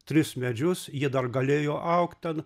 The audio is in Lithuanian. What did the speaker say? tris medžius jie dar galėjo augt ten